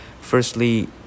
firstly